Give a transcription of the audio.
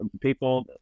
people